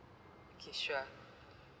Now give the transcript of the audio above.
okay sure